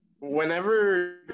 Whenever